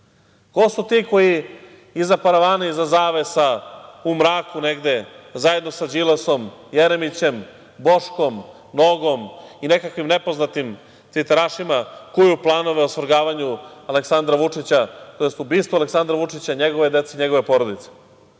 ko su ti koji iza paravana, iza zavesa u mraku, negde zajedno sa Đilasom, Jeremićem, Boškom, Nogom i nekakvim nepoznatim tviterašima kuju planove o svrgavanju Aleksandra Vučića tj. ubistvo Aleksandra Vučića i njegove dece i njegove porodice?